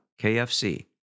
KFC